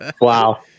Wow